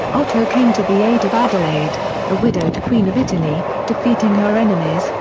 otto came to the aid of adelaide, the widowed queen of italy, defeating her enemies,